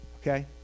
Okay